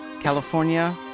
California